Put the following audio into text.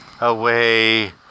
away